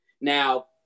Now